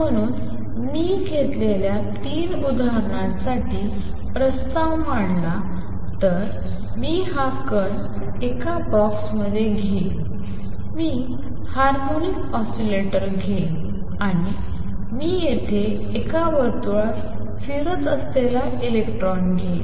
म्हणून मी घेतलेल्या तीन उदाहरणांसाठी प्रस्ताव मांडला तर मी हा कण एका बॉक्समध्ये घेईन मी हार्मोनिक ऑसीलेटर घेईन आणि मी येथे एका वर्तुळात फिरत असलेला इलेक्ट्रॉन घेईल